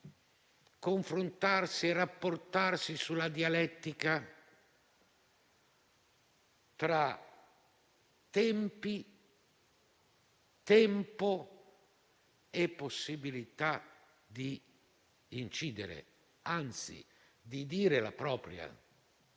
confrontarsi e rapportarsi sulla dialettica tra tempi, tempo e possibilità di incidere, anzi di dire la propria.